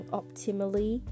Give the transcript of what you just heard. optimally